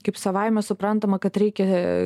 kaip savaime suprantama kad reikia